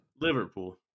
Liverpool